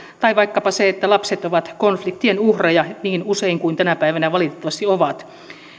tai vaikkapa se että lapset ovat konfliktien uhreja niin kuin tänä päivänä usein valitettavasti ovat